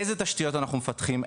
איזה תשתיות אנחנו מפתחים,